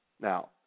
Now